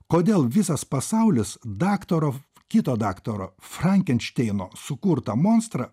kodėl visas pasaulis daktaro kito daktaro frankenšteino sukurtą monstrą